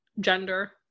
gender